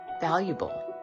valuable